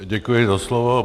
Děkuji za slovo.